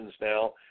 now